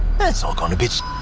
that's all gonna be shit